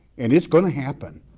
and it's gonna happen.